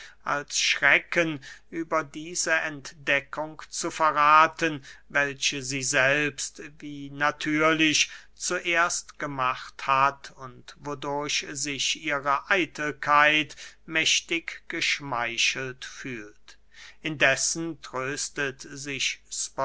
als schrecken über diese entdeckung zu verrathen welche sie selbst wie natürlich zuerst gemacht hat und wodurch sich ihre eitelkeit mächtig geschmeichelt fühlt indessen tröstet sich